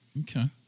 okay